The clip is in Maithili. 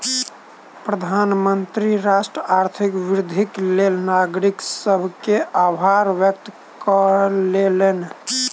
प्रधानमंत्री राष्ट्रक आर्थिक वृद्धिक लेल नागरिक सभ के आभार व्यक्त कयलैन